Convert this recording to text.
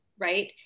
right